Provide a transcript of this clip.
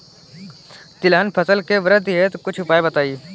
तिलहन फसल के वृद्धि हेतु कुछ उपाय बताई?